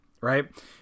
right